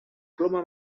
ploma